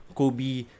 kobe